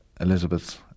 Elizabeth